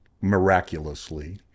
miraculously